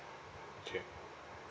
okay